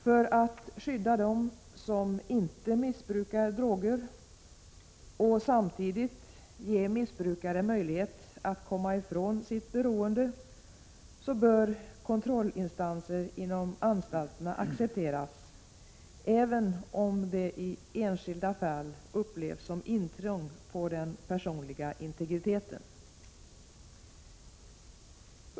För att skydda dem som inte missbrukar droger och samtidigt ge missbrukare möjlighet att komma ifrån sitt beroende bör kontrollinsatser inom anstalterna accepteras, även om det i enskilda fall upplevs som intrång i den personliga integriteten.